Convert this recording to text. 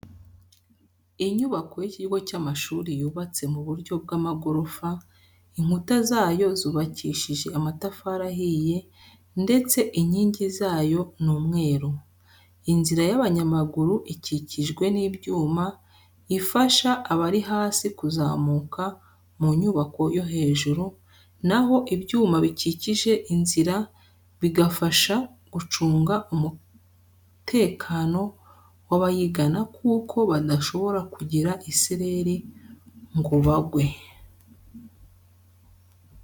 Inyubako y'ikigo cy'amashuri yubatse mu buryo bw'amagorofa, inkuta zayo zubakishije amatafari ahiye ndetse inkingi zayo ni umweru. Inzira y'abanyamaguru ikikijwe n'ibyuma ifasha abari hasi kuzamuka mu nyubako yo hejuru na ho ibyuma bikikije inzira bigafasha gucunga umukano w'abayigana kuko badashobora kugira isereri ngo bagwe.